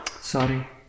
Sorry